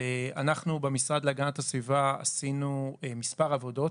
אנחנו במשרד להגנת הסביבה עשינו מספר עבודות,